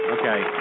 Okay